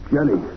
Jenny